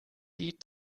die